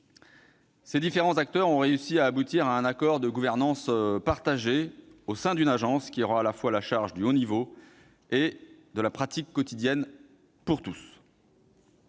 Ces différents acteurs ont réussi à aboutir à un accord de gouvernance partagée, au sein d'une agence qui aura la charge du haut niveau et de la pratique quotidienne pour tous.